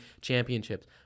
championships